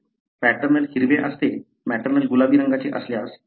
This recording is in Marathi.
पॅटर्नल हिरवे असते मॅटर्नल गुलाबी रंगाचे असल्यास काय होते